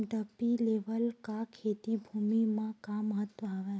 Dumpy level का खेती भुमि म का महत्व हावे?